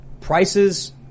prices